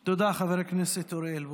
תודה, חבר הכנסת אוריאל בוסו.